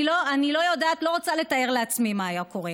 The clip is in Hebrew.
אני לא רוצה לתאר לעצמי מה היה קורה.